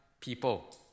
people